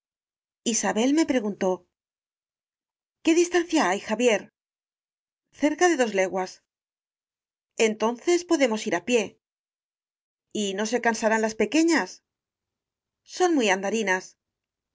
isabel me preguntó qué distancia hay xavier cerca de dos leguas f entonces podemos ir á pié y no se cansarán las pequeñas son muy andarinas